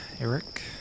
Eric